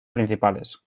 principales